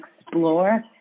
explore